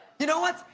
you know what,